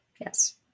Yes